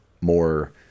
more